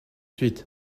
suite